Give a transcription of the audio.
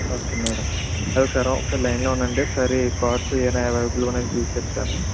okay madam ఒకసారి ఒకసారి లైన్లో ఉండండి ఒకసారి కార్స్ ఏమన్నా అవైలబుల్గా ఉన్నాయా అని చూసి చెప్తాను